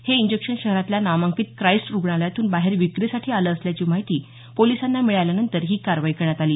हे इंजेक्शन शहरातल्या नामांकित क्राईस्ट रुग्णालयातून बाहेर विक्रीसाठी आलं असल्याची माहिती पोलिसांना मिळाल्यानंतर ही कारवाई करण्यात आली